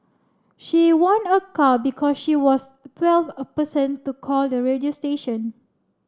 she won a car because she was twelfth a person to call the radio station